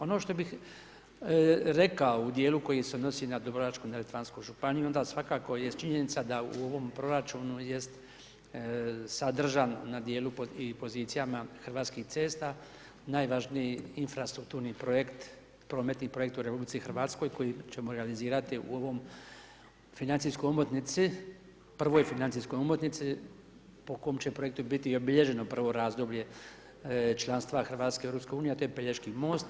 Ono što bih rekao u dijelu koji se odnosi na Dubrovačko-neretvansku županiju onda svakako jest činjenica da u ovom proračunu jest sadržan na dijelu i pozicijama Hrvatskih cesta najvažniji infrastrukturni projekt, prometni projekt u Republici Hrvatskoj koji ćemo realizirati u ovom financijskoj omotnici, prvoj financijskoj omotnici po kom se projektu biti i obilježeno prvo razdoblje članstva Hrvatske u Europskoj uniji, a to je Pelješki most.